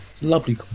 lovely